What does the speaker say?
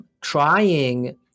trying